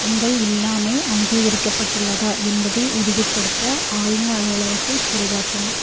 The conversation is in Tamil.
உங்கள் இல்லாமை அங்கீகரிக்கப்பட்டுள்ளதா என்பதை உறுதிப்படுத்த ஆளுநர் அலுவலகத்தைச் சரிபார்க்கவும்